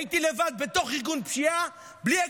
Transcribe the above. הייתי לבד בתוך ארגון פשיעה בלי אקדח,